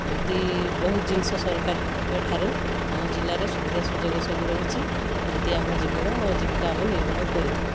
ଏମିତି ବହୁତ ଜିନିଷ ସରକାରଙ୍କ ଠାରୁ ଆମ ଜିଲ୍ଲାରେ ସୁବିଧା ସୁଯୋଗ ସବୁ ରହିଛି ଏମିତି ଆମ ଜୀବନ ଜୀବିକା ଆମେ ନିର୍ବାହ କରିଥାଉ